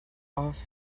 off